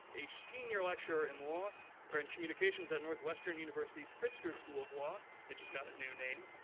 a senior lecturer in law er, in communications at northwestern university pritzker school of law it just got a new name.